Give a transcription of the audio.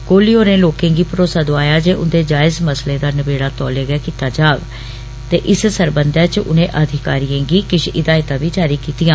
कोह्ली होरें लोकें गी भरोसा दोआया जे उन्दे जायज़ मसले दा नबेडा कीता जाग ते इस सरबंधै च उने अधिकारिए गी किष हिदायतां बी जारी कीतियां